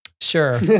Sure